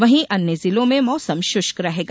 वहीं अन्य जिलों में मौसम शृष्क रहेगा